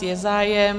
Je zájem.